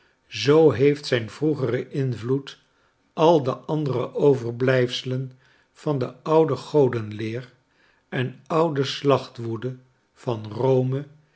zoo heeft zijn vroegere invloed al de andere overblijfselen van de oude godenleer en oude slachtwoede van rome